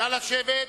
נא לשבת.